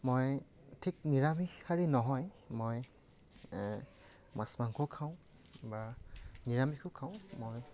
মই ঠিক নিৰামিষহাৰী নহয় মই মাছ মাংসও খাওঁ বা নিৰামিষো খাওঁ মই